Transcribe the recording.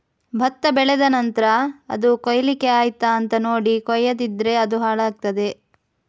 ಭತ್ತ ಬೆಳೆದ ನಂತ್ರ ಅದು ಕೊಯ್ಲಿಕ್ಕೆ ಆಯ್ತಾ ಅಂತ ನೋಡಿ ಕೊಯ್ಯದಿದ್ರೆ ಅದು ಹಾಳಾಗ್ತಾದೆ